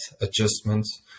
adjustments